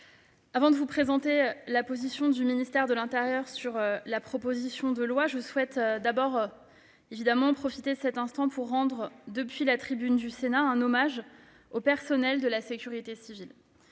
avant de vous présenter la position du ministère de l'intérieur sur la proposition de loi, je souhaite profiter de cet instant pour rendre, depuis la tribune du Sénat, un hommage au personnel de la sécurité civile.